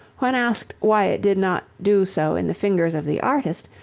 when asked why it did not do so in the fingers of the artist,